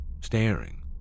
staring